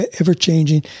ever-changing